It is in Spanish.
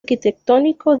arquitectónico